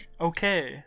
Okay